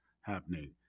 happening